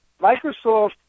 Microsoft